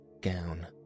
gown